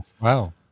Wow